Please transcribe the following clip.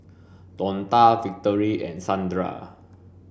Donta Victory and Sandra